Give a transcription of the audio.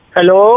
Hello